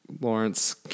lawrence